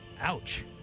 Ouch